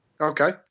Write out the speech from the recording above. Okay